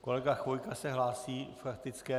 Kolega Chvojka se hlásí k faktické?